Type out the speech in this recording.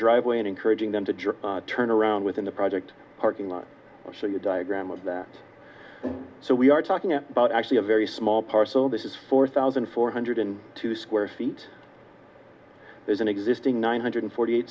driveway and encouraging them to turn around within the project parking lot and show you a diagram of that so we are talking about actually a very small parcel this is four thousand four hundred and two square feet there's an existing one hundred forty